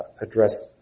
address